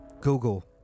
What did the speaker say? Google